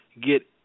get